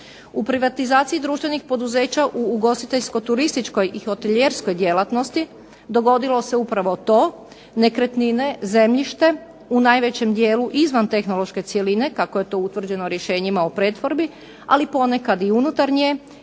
U privatizaciji društvenih poduzeća u ugostiteljsko-turističkoj i hotelijerskoj djelatnosti dogodilo se upravo to, nekretnine, zemljište, u najvećem dijelu izvan tehnološke cjeline kako je to utvrđeno rješenjima o pretvorbi, ali ponekad i unutar nje